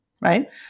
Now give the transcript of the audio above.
right